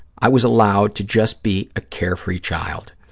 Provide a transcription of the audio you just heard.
i was allowed to just be a carefree child.